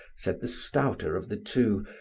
said the stouter of the two,